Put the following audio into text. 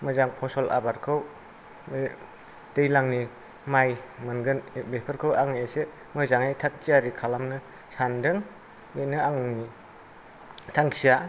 मोजां फसल आबादखौ बे दैलांनि माइ मोनगोन बेफोरखौ आं एसे मोजाङै थागथियारि खालामनो सान्दों बेनो आंनि थांखिया